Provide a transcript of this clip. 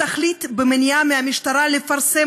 התכלית במניעה מהמשטרה לפרסם את